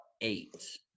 eight